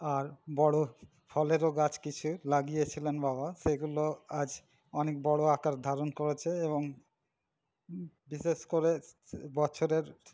আর বড়ো ফলেরও গাছ কিছু লাগিয়েছিলেন বাবা সেগুলো আজ অনেক বড়ো আকার ধারণ করেছে এবং বিশেষ করে বছরের